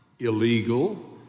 illegal